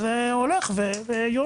אז זה הולך ויורד.